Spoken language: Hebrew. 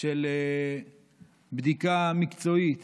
של בדיקה מקצועית